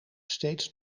steeds